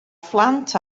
phlant